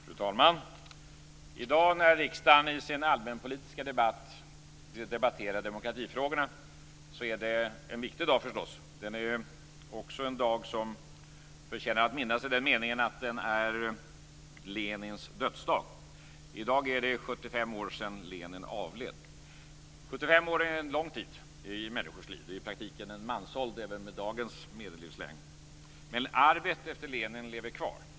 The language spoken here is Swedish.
Fru talman! I dag debatterar riksdagen i sin allmänpolitiska debatt demokratifrågorna. Det är förstås en viktig dag. Det är också en dag som förtjänar att minnas i den meningen att den är Lenins dödsdag. I dag är det 75 år sedan Lenin avled. 75 år är en lång tid i människors liv. Det är i praktiken en mansålder, även med dagens medellivslängd. Men arvet efter Lenin lever kvar.